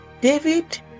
David